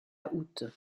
aout